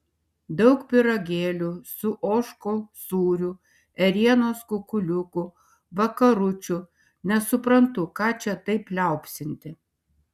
daug pyragėlių su ožkų sūriu ėrienos kukuliukų vakaručių nesuprantu ką čia taip liaupsinti